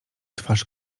twarz